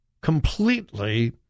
completely